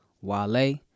Wale